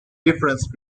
difference